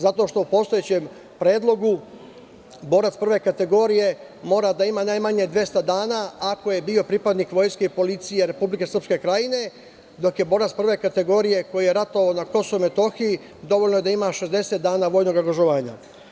Zato što u postojećem predlogu borac prve kategorije mora da ima najmanje 200 dana ako je bio pripadnik vojske i policije Republike Srpske Krajine, dok borac prve kategorije koji je ratovao na KiM dovoljno je da ima 60 dana vojnog angažovanja.